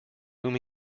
whom